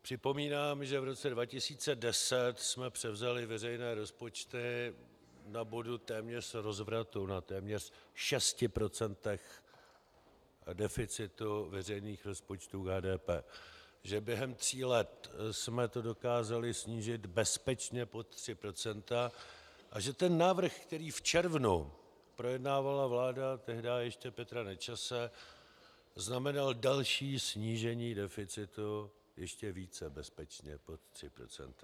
Připomínám, že v roce 2010 jsme převzali veřejné rozpočtu na bodu téměř rozvratu, na téměř 6 % deficitu veřejných rozpočtů HDP, že během tří let jsme to dokázali snížit bezpečně pod 3 % a že ten návrh, který projednávala v červnu vláda tehdy ještě Petra Nečase, znamenal další snížení deficitu ještě více bezpečně pod 3 %.